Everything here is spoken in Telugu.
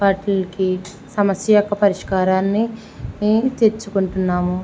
వాటిలకి సమస్య యొక్క పరిష్కారాన్ని నేను తెచ్చుకుంటున్నాము